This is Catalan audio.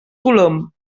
colom